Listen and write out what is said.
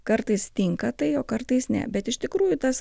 kartais tinka tai o kartais ne bet iš tikrųjų tas